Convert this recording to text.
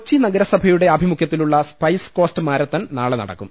കൊച്ചി നഗരസഭയുടെ ആഭിമുഖ്യത്തിലുള്ള Spice Coast Marathon നാളെ നടക്കും